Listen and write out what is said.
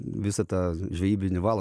visą tą žvejybinį valą